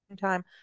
time